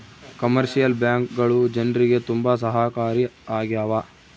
commercial ಬ್ಯಾಂಕ್ಗಳು ಜನ್ರಿಗೆ ತುಂಬಾ ಸಹಾಯಕಾರಿ ಆಗ್ಯಾವ